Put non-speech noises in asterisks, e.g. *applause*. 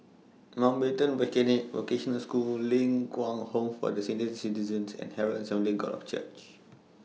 Mountbatten *unintelligible* Vocational School Ling Kwang Home For The Senior Citizens and Herald Assembly God of Church